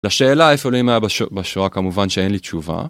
לשאלה איפה אלוהים היה בשואה כמובן שאין לי תשובה.